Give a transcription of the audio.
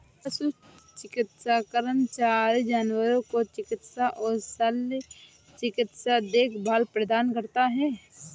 पशु चिकित्सा कर्मचारी जानवरों को चिकित्सा और शल्य चिकित्सा देखभाल प्रदान करता है